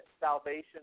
salvation